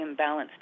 imbalanced